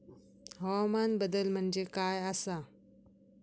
हवामान बदल म्हणजे काय आसा?